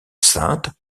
sainte